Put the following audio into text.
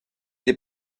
les